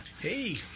Hey